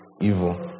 evil